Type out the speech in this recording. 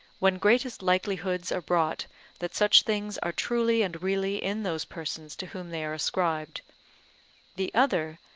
when greatest likelihoods are brought that such things are truly and really in those persons to whom they are ascribed the other,